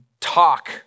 talk